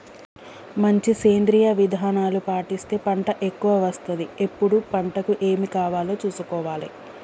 మంచి సేంద్రియ విధానాలు పాటిస్తే పంట ఎక్కవ వస్తది ఎప్పుడు పంటకు ఏమి కావాలో చూసుకోవాలే